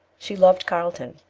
she loved carlton,